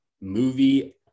movie